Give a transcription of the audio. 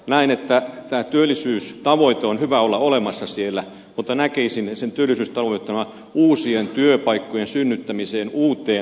näen että tämä työllisyystavoite on hyvä olla olemassa siellä mutta näkisin että se työllisyystavoite on tämä uusien työpaikkojen synnyttäminen uusi luominen